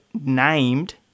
named